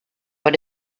but